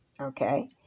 Okay